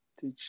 Teach